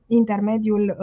intermediul